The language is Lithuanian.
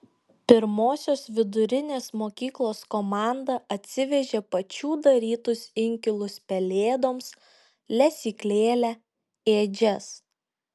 pirmosios vidurinės mokyklos komanda atsivežė pačių darytus inkilus pelėdoms lesyklėlę ėdžias